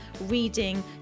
reading